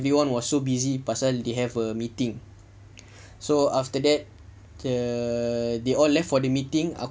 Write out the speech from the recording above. everyone was so busy pasal they have a meeting so after that err they all left for the meeting